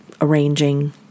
arranging